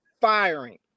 firing